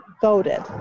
voted